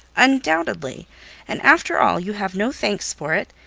undoubtedly and after all you have no thanks for it.